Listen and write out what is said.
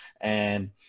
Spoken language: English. And-